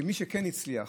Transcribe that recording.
מי שכן הצליח